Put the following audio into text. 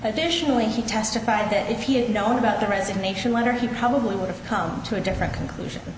additionally he testified that if he had known about the resignation letter he probably would have come to a different conclusion